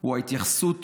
הוא ההתייחסות